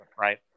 right